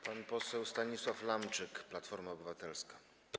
Pan poseł Stanisław Lamczyk, Platforma Obywatelska.